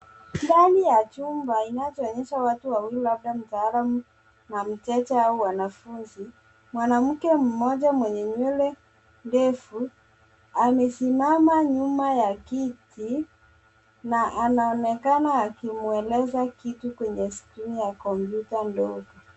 Ndani ya chumba inachoonyesha watu wawili labda mtaalumu ama mteja au wanafunzi. Mwanamke mmoja mwenye nywele ndefu amesimama nyuma ya kiti na anaonekana akimweleza kitu kwenye skrini ya kompyuta ndogo.